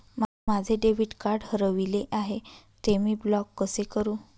माझे debit card हरविले आहे, ते मी ब्लॉक कसे करु?